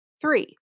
Three